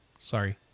sorry